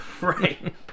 Right